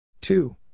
Two